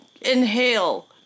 inhale